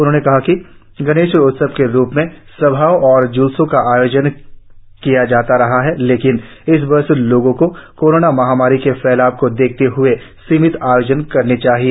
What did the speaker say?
उन्होंने कहा कि गणेश उत्सव के रूप में सभाओं और ज्लूसों का आयोजन किया जाता रहा है लेकिन इस वर्ष लोगों को कोरोना महामारी के फैलाव को देखते हए सीमित आयोजन करने चाहिए